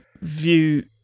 view